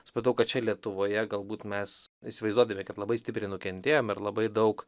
supratau kad čia lietuvoje galbūt mes įsivaizduodami kad labai stipriai nukentėjom ir labai daug